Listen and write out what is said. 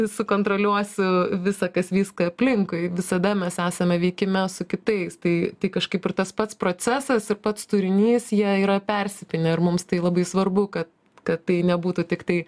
sukontroliuosiu visa kas vyska aplinkui visada mes esame veikime su kitais tai tai kažkaip ir tas pats procesas ir pats turinys jie yra persipynę ir mums tai labai svarbu kad kad tai nebūtų tiktai